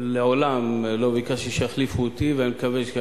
אבל מעולם לא ביקשתי שיחליפו אותי ואני מקווה גם